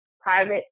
private